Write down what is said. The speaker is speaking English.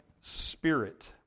spirit